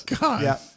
God